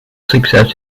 success